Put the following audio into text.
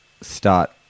start